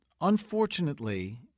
Unfortunately